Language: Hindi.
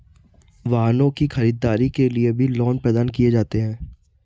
वाहनों की खरीददारी के लिये भी लोन प्रदान किये जाते हैं